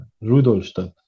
Rudolstadt